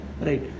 right